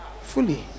fully